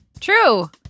True